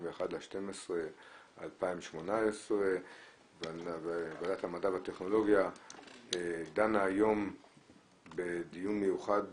31 בדצמבר 2018. ועדת המדע והטכנולוגיה דנה היום בדיון מיוחד